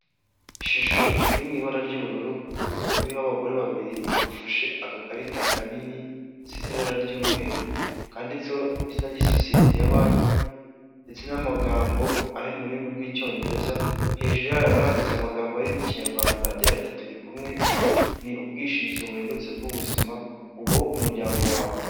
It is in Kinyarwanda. Ishusho iri mu ibara ry'ubururu, bamwe b'abagore babiri bafashe aka karita kanini, size ibara ry'umweru, kanditseho izina ry'isosiyete ya banki, ndetse n'amagambo ari mu rurimi rw'Icyongereza, hejuru yayo handitse amagambo arimo Ikinyarwanda agira ati turi kumwe ni ubwishingizi buhendutse bw'ubuzima, bugoboka ku muryango wawe.